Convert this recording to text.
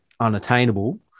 unattainable